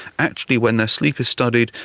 actually when their sleep is studied,